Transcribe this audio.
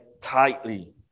tightly